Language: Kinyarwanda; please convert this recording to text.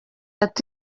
ati